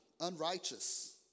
Unrighteous